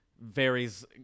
varies